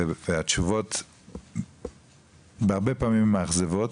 והתשובות הן הרבה פעמים מאכזבות,